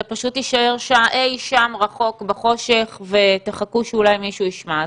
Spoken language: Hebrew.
וזה פשוט יישאר אי שם רחוק בחושך ותחכו שאולי מישהו ישמע.